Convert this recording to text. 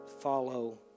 follow